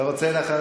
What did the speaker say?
אתה רוצה?